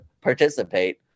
participate